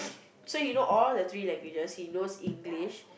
so he know all the three languages he knows English